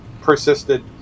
persisted